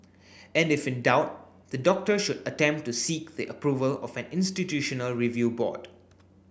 and if in doubt the doctor should attempt to seek the approval of an institutional review board